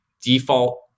default